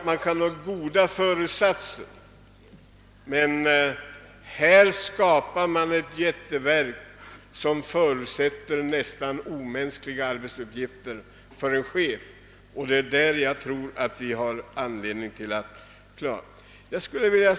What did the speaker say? Man kan ha goda föresatser, men här skapar man ett jätteverk som förutsätter nästan omänskliga arbetsprestationer av chefen, och därvidlag tror jag vi har anledning att se upp.